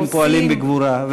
והם פועלים בגבורה.